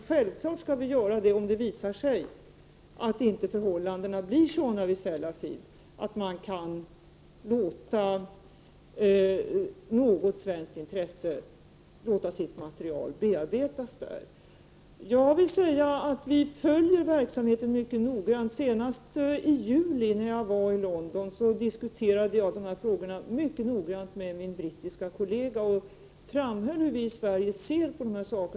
Men självfallet skall vi agera om 81 det visar sig att förhållandena i Sellafield inte blir sådana att man kan låta någon svensk intressent bearbeta sitt material där. Vi följer verksamheten mycket noggrant. När jag var i London i juni diskuterade jag dessa frågor mycket noggrant med min brittiska kollega. Jag framhöll för honom hur vi i Sverige ser på dessa frågor.